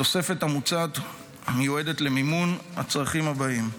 התוספת המוצעת מיועדת למימון הצרכים הבאים: